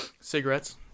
Cigarettes